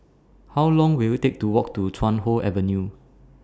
How Long Will IT Take to Walk to Chuan Hoe Avenue